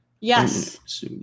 Yes